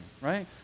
Right